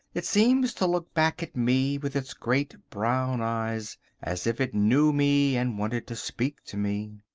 it seems to look back at me with its great brown eyes as if it knew me and wanted to speak to me.